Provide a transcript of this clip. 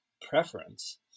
preference